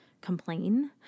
complain